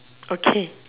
okay